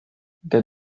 der